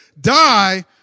die